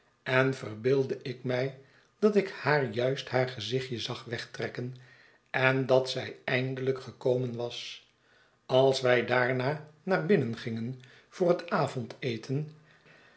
en verbeeldde ik mij dat ik haar juist haar gezichtje zag wegtrekken en dat zij eindelijk gekomen was als wij daarna naar binnen gingen voor het avondeten